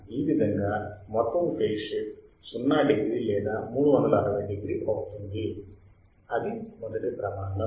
ఆ విధముగా మొత్తము ఫేజ్ షిఫ్ట్ 0 డిగ్రీ లేదా 360 డిగ్రీ అవుతుంది అది మొదటి ప్రమాణం